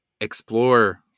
explore